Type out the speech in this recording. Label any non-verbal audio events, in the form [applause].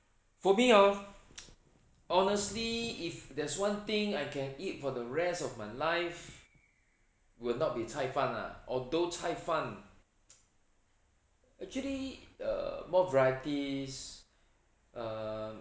for me hor [noise] honestly if there's one thing I can eat for the rest of my life will not be 菜饭 lah although 菜饭 [noise] actually err more varieties err